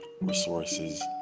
resources